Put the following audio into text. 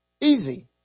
Easy